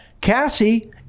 Cassie